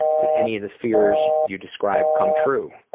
did any of the fears you described come true?